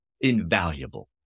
invaluable